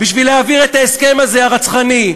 בשביל להעביר את ההסכם הזה, הרצחני.